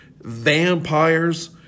vampires